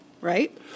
right